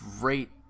great